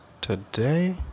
today